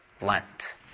Lent